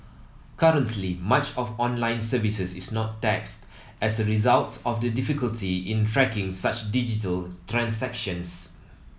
currently much of online services is not taxed as a result of the difficulty in tracking such digital transactions